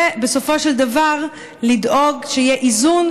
ובסופו של דבר לדאוג שיהיה איזון,